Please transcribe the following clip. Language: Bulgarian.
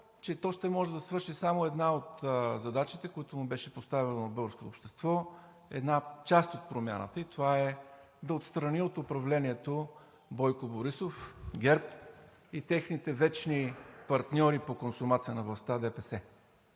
че то ще може да свърши само една от задачите, които му беше поставило българското общество, една част от промяната и това е да отстрани от управлението Бойко Борисов, ГЕРБ и техните вечни партньори по консумация на властта – ДПС.